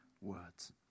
words